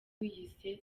wiyise